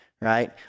right